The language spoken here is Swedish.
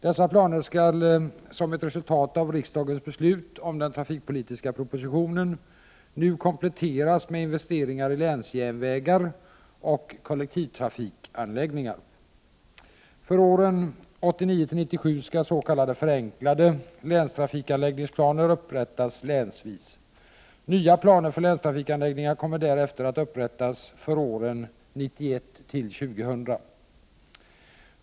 Dessa planer skall som ett resultat av riksdagens beslut om den trafikpolitiska propositionen nu kompletteras med investeringar i länsjärnvägar och kollektivtrafikanläggningar. För åren 1989-1997 skall s.k. förenklade länstrafikanläggningsplaner upprättas länsvis. Nya planer för länstrafikanläggningar kommer därefter att upprättas för åren 1991-2000.